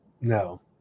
No